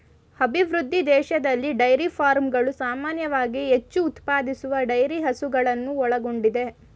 ಅಭಿವೃದ್ಧಿ ದೇಶದಲ್ಲಿ ಡೈರಿ ಫಾರ್ಮ್ಗಳು ಸಾಮಾನ್ಯವಾಗಿ ಹೆಚ್ಚು ಉತ್ಪಾದಿಸುವ ಡೈರಿ ಹಸುಗಳನ್ನು ಒಳಗೊಂಡಿದೆ